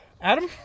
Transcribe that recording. Adam